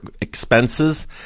expenses